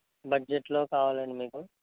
బడ్జెట్లో కావాలాండి మీకు